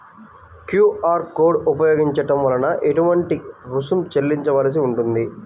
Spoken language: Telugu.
క్యూ.అర్ కోడ్ ఉపయోగించటం వలన ఏటువంటి రుసుం చెల్లించవలసి ఉంటుంది?